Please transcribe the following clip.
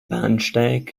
bahnsteig